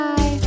Bye